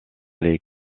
les